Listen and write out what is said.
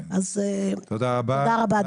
תודה רבה.